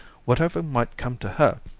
whatever might come to her,